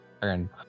Turn